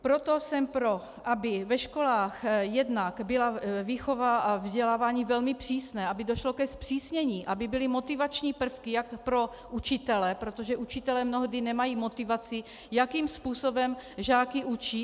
Proto jsem pro, aby ve školách jednak byla výchova a vzdělávání velmi přesné, aby došlo ke zpřísnění, aby byly motivační prvky jak pro učitele, protože učitelé mnohdy nemají motivaci, jakým způsobem žáky učí.